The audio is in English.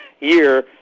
year